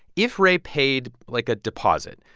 if ray paid, like, a deposit,